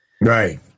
Right